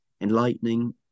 enlightening